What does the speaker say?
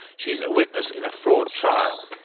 she's a witness in a fraud trial.